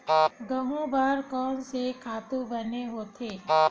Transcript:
गेहूं बर कोन से खातु बने होथे?